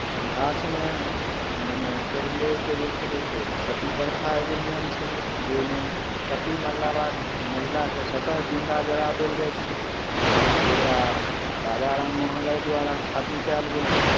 इतिहासमे मने पहिलेके जे छलै से सती प्रथा एगो नियम छलै जाहिमे पति मरला बाद महिलाके सद्यह जिन्दा जरा देल जाइ छलै जकरा राजा राम मोहन राय द्वारा खत्म कयल गेल छल